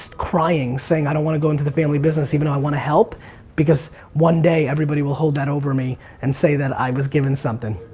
crying, saying i don't want to go into the family business even though i want to help because one day, everybody will hold that over me and say that i was given something.